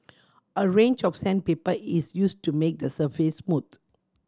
a range of sandpaper is use to make the surface smooth